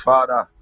Father